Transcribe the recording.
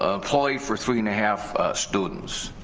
ah employee for three and a half students.